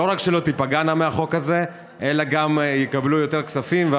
לא רק שלא תיפגענה מהחוק הזה אלא הן גם יקבלו יותר כספים.